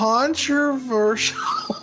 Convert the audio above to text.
Controversial